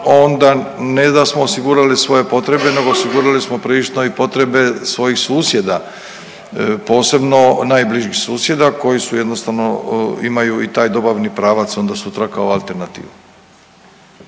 onda ne da smo osigurali svoje potrebe nego osigurali smo prilično i potrebe svojih susjeda, posebno najbližih susjeda koji su, jednostavno imaju i taj dobavni pravac, onda su traka u alternativi.